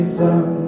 sun